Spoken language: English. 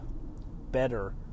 better